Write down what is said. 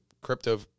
crypto